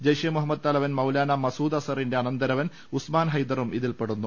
ജയ്ഷെ മുഹമ്മദ് തലവൻ മൌലാനാ മസൂദ് അസറിന്റെ അനന്ത രവൻ ഉസ്മാൻ ഹൈദറും ഇതിപ്പെടുന്നു